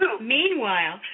meanwhile